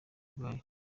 ubwayo